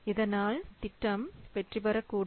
இதனால் திட்டம் வெற்றி பெறக்கூடும்